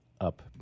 up